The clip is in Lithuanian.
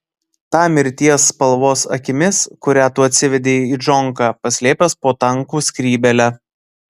ta mirties spalvos akimis kurią tu atsivedei į džonką paslėpęs po tankų skrybėle